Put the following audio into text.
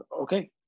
okay